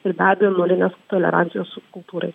ir be abejo nulinės tolerancijos subkultūrai